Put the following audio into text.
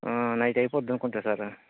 night అయిపోద్ది అనుకుంటా sir